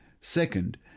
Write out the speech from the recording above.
Second